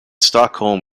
stockholm